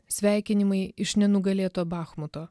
sveikinimai iš nenugalėto bachmuto